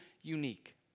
unique